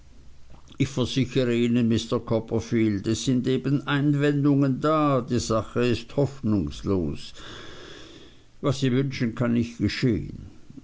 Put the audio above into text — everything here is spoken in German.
ich versichere ihnen mr copperfield es sind eben einwendungen da die sache ist hoffnungslos was sie wünschen kann nicht geschehen